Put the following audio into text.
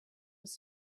was